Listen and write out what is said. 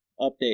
update